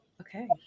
Okay